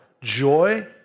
joy